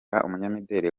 umunyamideli